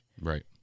Right